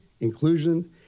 inclusion